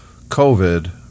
COVID